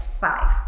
five